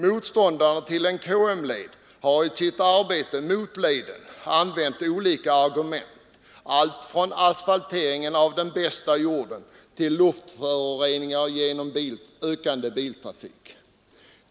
Motståndarna till en KM-led har använt olika argument alltifrån att den medför asfaltering av den bästa jorden till att det blir luftföroreningar genom ökande biltrafik.